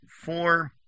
four